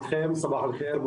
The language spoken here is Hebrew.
בבקשה.